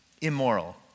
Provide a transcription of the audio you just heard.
immoral